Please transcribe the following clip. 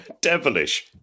Devilish